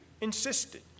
insisted